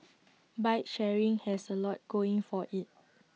bike sharing has A lot going for IT